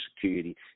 security